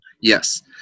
Yes